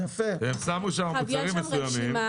הם שמו שם מוצרים מסוימים,